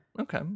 Okay